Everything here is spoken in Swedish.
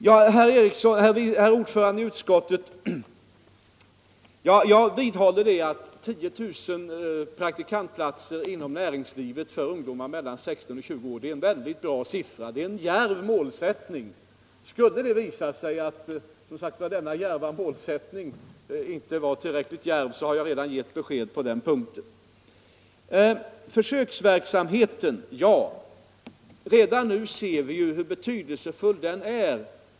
Till herr ordföranden i utskottet vill jag säga att jag vidhåller att 10 000 praktikantplatser inom näringslivet för ungdomar mellan 16 och 20 år är en mycket bra siffra — en djärv målsättning. Skulle det visa sig att denna djärva målsättning inte är tillräckligt djärv, har jag redan givit besked om hur vi skall göra. , När det gäller försöksverksamheten för ungdomar vill jag framhålla att vi redan nu kan se hur betydelsefull den är.